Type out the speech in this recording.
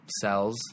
cells